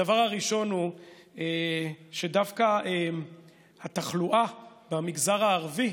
הדבר הראשון הוא שדווקא התחלואה במגזר הערבי,